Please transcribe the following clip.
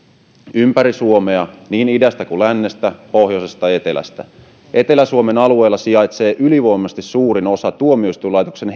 ympäri suomea niin idästä kuin lännestä pohjoisesta ja etelästä etelä suomen alueella sijaitsee ylivoimaisesti suurin osa tuomioistuinlaitoksen